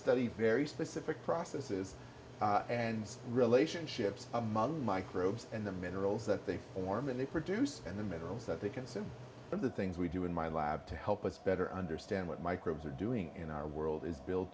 study very specific processes and relationships among microbes and the minerals that they form and they produce and the minerals that they consume from the things we do in my lab to help us better understand what microbes are doing in our world is buil